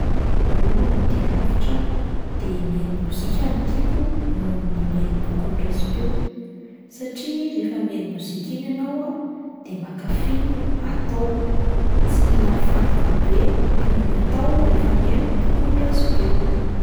Raha hoe manao dia lavitra de mihaino mozika no tiako noho ny mihaino boky noraisim-peo satria rehefa mihaino mozika iny ianao a, de mpankafy no atao, tsy mila mifantoka be toy ny atao rehefa mihaino boky noraisim-peo.